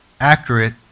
accurate